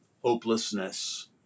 hopelessness